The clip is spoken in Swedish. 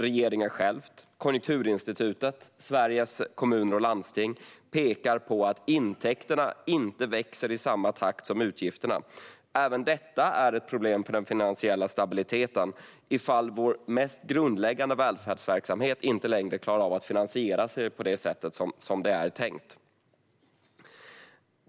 Regeringen själv, Konjunkturinstitutet, Sveriges Kommuner och Landsting pekar på att intäkterna inte växer i samma takt som utgifterna. Även detta är ett problem för den finansiella stabiliteten, om vår mest grundläggande välfärdsverksamhet inte längre klarar av att finansiera sig på det sätt som det är tänkt.